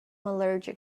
allergic